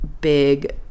big